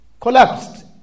collapsed